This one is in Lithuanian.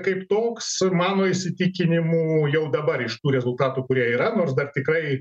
kaip toks mano įsitikinimu jau dabar iš tų rezultatų kurie yra nors dar tikrai